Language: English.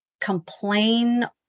complain